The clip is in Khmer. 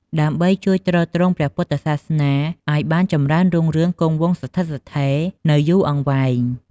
ដើម្បីជួយទ្រទ្រង់ព្រះពុទ្ធសាសនាឱ្យបានចំរើនរុងរឿងគង់វង្សស្ថិតស្ថេរនៅយូរអង្វែង។